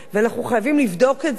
ואנחנו חייבים לבדוק את זה.